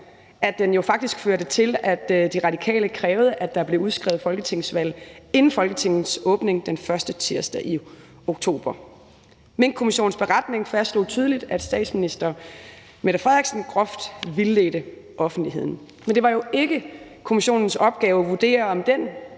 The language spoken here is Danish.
at den jo faktisk førte til, at De Radikale krævede, at der blev udskrevet folketingsvalg inden Folketingets åbning den første tirsdag i oktober. Minkkommissionens beretning fastslog tydeligt, at statsminister Mette Frederiksen groft vildledte offentligheden, men det var jo ikke kommissionens opgave at vurdere, om den